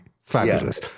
Fabulous